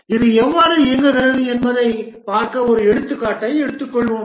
இது எவ்வாறு இயங்குகிறது என்பதைப் பார்க்க ஒரு எடுத்துக்காட்டு எடுத்துக்கொள்வோம்